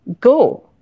Go